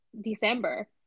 December